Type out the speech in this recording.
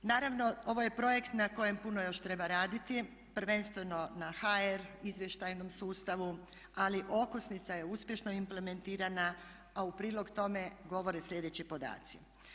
Naravno, ovo je projekt na kojem puno još treba raditi, prvenstveno na hr. izvještajnom sustavu ali okosnica je uspješno implementirana, a u prilog tome govore sljedeći podaci.